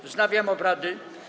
Wznawiam obrady.